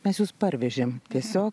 mes jus parvežėm tiesiog